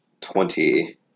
Twenty